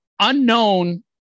Unknown